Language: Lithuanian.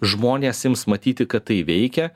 žmonės ims matyti kad tai veikia